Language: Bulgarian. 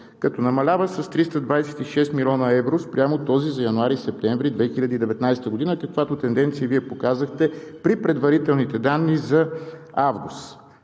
като намалява с 326 млн. евро спрямо този за януари и септември 2019 г., каквато тенденция показахте при предварителните данни за август.